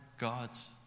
God's